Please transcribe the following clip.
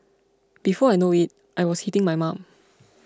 before I know it I was hitting my mum